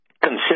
Consider